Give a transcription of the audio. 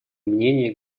мнения